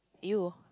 you